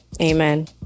Amen